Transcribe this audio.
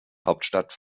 hauptstadt